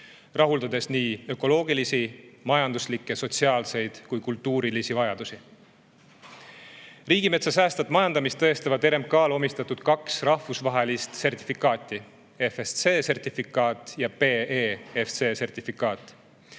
rahuldades nii ökoloogilisi, majanduslikke, sotsiaalseid kui ka kultuurilisi vajadusi. Riigimetsa säästvat majandamist tõestavad RMK‑le omistatud kaks rahvusvahelist sertifikaati: FSC‑sertifikaat ja PEFC‑sertifikaat.